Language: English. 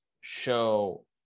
show